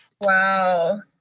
Wow